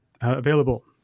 available